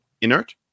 inert